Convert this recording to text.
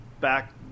back